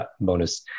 bonus